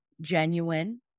Genuine